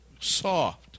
soft